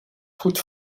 goed